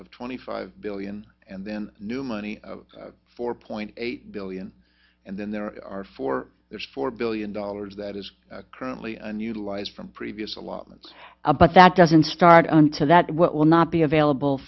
of twenty five billion and then new money four point eight billion and then there are four there's four billion dollars that is currently unutilized from previous allotment a but that doesn't start until that will not be available